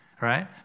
right